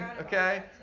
Okay